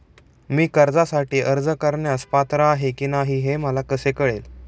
मी कर्जासाठी अर्ज करण्यास पात्र आहे की नाही हे मला कसे कळेल?